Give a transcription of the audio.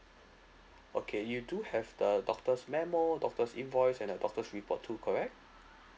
okay you do have the doctor's memo doctor's invoice and a doctor's report too correct